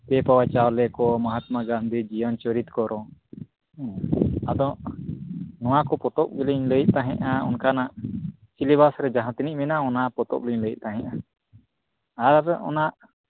ᱯᱮ ᱯᱩᱣᱟᱹ ᱪᱟᱣᱞᱮ ᱠᱚ ᱢᱟᱦᱟᱛᱢᱟ ᱜᱟᱱᱫᱷᱤ ᱡᱤᱭᱚᱱ ᱪᱚᱨᱤᱛ ᱠᱚ ᱟᱨᱚ ᱦᱩᱸ ᱟᱫᱚ ᱱᱚᱣᱟ ᱠᱚ ᱯᱚᱛᱚᱵᱽ ᱞᱤᱧ ᱞᱟᱹᱭᱮᱫ ᱛᱟᱦᱮᱱᱟ ᱚᱱᱠᱟᱱᱟᱜ ᱥᱤᱞᱮᱵᱟᱥ ᱨᱮ ᱡᱟᱦᱟᱸ ᱛᱤᱱᱟᱹᱜ ᱢᱮᱱᱟᱜᱼᱟ ᱚᱱᱟ ᱯᱚᱛᱚᱵᱽ ᱞᱤᱧ ᱞᱟᱹᱭᱮᱫ ᱛᱟᱦᱮᱸᱫᱼᱟ ᱟᱨ ᱟᱫᱚ ᱚᱱᱟ